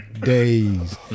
days